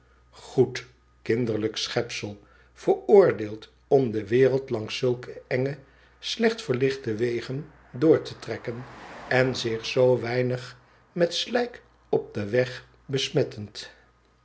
goed kinderlijk schepsel veroordeeld om de wereld langs zulke enge slecht verlichte wegen door te trekken en zich zoo weinig met slijk op den weg besmettend